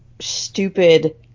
stupid